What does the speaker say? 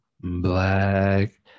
Black